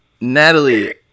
Natalie